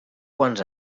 quants